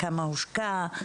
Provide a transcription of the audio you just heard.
כמה הושקע,